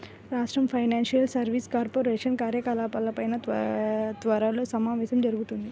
రాష్ట్ర financial services corporation కార్యకలాపాలపై త్వరలో సమావేశం జరుగుతుంది